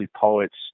poets